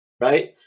right